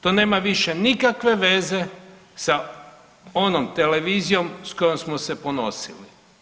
To nema više nikakve veze sa onom televizijom s kojom smo se ponosili.